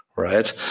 right